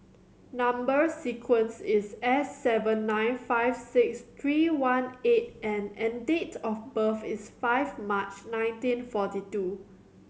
number sequence is S seven nine five six three one eight N and date of birth is five March nineteen forty two